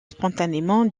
spontanément